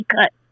cut